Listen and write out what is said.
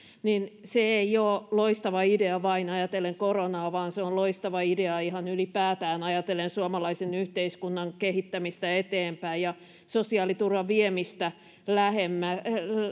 ei ole loistava idea vain ajatellen koronaa vaan se on loistava idea ihan ylipäätään ajatellen suomalaisen yhteiskunnan kehittämistä eteenpäin ja sosiaaliturvan viemistä lähemmäs